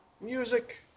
music